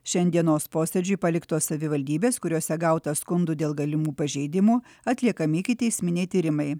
šiandienos posėdžiui paliktos savivaldybės kuriose gauta skundų dėl galimų pažeidimų atliekami ikiteisminiai tyrimai